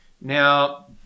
Now